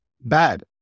bad